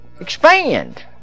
expand